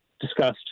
discussed